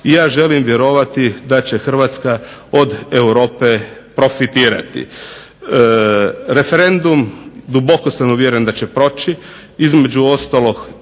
i ja želim vjerovati da će Hrvatska od Europe profitirati. Referendum duboko sam uvjeren da će proći, između ostalog